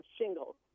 shingles